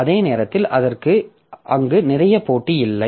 அதே நேரத்தில் அதற்கு அங்கு நிறைய போட்டி இல்லை